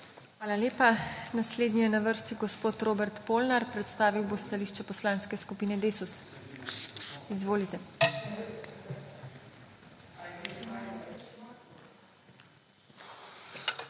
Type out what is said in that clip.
Hvala lepa. Naslednji je na vrsti gospod Robert Polnar. Predstavil bo stališče Poslanske skupine Desus. Izvolite. **ROBERT